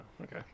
okay